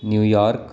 New York